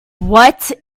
what